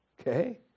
Okay